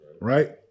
right